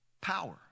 power